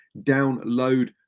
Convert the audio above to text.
download